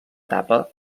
etapa